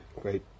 great